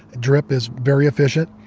drip is very efficient.